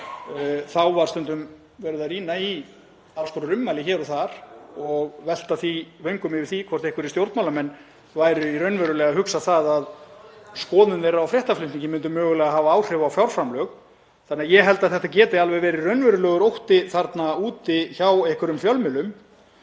þá var stundum verið að rýna í alls konar ummæli hér og þar og velta vöngum yfir því hvort einhverjir stjórnmálamenn væru raunverulega að hugsa um að skoðun þeirra á fréttaflutningi myndi mögulega hafa áhrif á fjárframlög. Því held ég að þetta geti alveg verið raunverulegur ótti þarna úti hjá einhverjum fjölmiðlum.